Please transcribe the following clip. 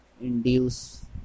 induce